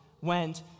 went